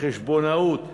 חשבונאות,